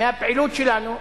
מהפעילות שלנו,